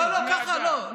לא, לא ככה.